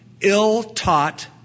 ill-taught